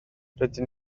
rydyn